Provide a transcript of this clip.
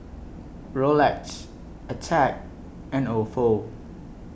Rolex Attack and Ofo